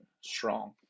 strong